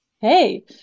Hey